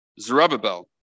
Zerubbabel